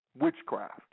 witchcraft